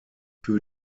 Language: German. für